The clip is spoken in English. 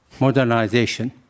modernization